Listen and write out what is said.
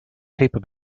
paper